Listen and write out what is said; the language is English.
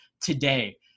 today